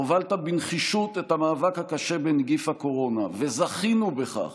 הובלת בנחישות את המאבק הקשה בנגיף הקורונה וזכינו בכך